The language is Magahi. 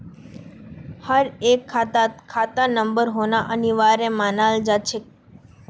हर एक खातात खाता नंबर होना अनिवार्य मानाल जा छे